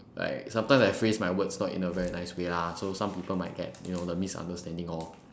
like sometime I phrase my words not in a very nice way lah so some people might get you know the misunderstanding lor